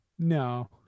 No